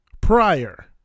prior